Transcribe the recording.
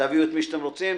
תביאו את מי שאתם רוצים,